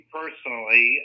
personally